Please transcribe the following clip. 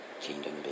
Kingdom